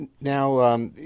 now